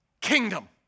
kingdom